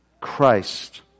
Christ